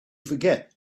forget